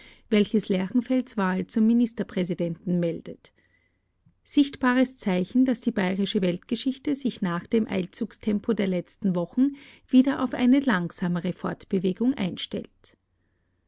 welches lerchenfelds wahl zum ministerpräsidenten meldet sichtbares zeichen daß die bayerische weltgeschichte sich nach dem eilzugstempo der letzten wochen wieder auf eine langsamere fortbewegung einstellt